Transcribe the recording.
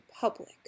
public